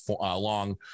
long